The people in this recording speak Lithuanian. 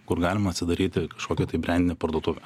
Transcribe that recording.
kur galima atsidaryti kažkokią tai brendinę parduotuvę